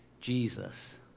Jesus